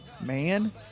Man